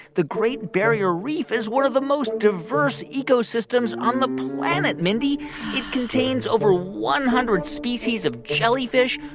the great barrier reef is one of the most diverse ecosystems on the planet, mindy. it contains over one hundred species of jellyfish,